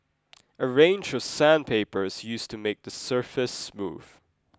a range of sandpaper is used to make the surface smooth